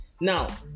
Now